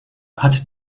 hat